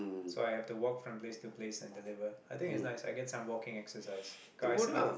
so I have to walk from place to place and deliver I think it's nice I get some walking exercise cause I I'm